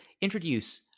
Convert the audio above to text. introduce